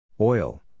Oil